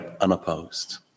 unopposed